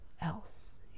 else